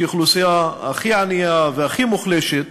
כאוכלוסייה הכי ענייה והכי מוחלשת,